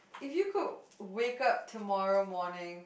if you could wake up tomorrow morning